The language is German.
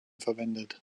verwendet